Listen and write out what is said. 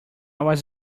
was